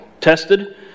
tested